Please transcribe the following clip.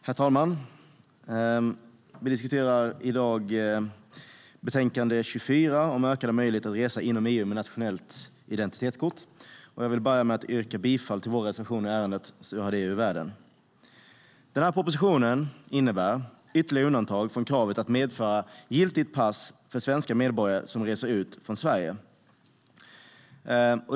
Herr talman! Vi diskuterar i dag betänkande 24 om ökade möjligheter att resa inom EU med nationellt identitetskort. Jag vill börja med att yrka bifall till båda våra reservationer i ärendet, så har jag det ur världen. Propositionen innebär ytterligare undantag från kravet att medföra giltigt pass för svenska medborgare som reser ut från Sverige.